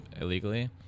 illegally